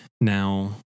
now